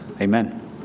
Amen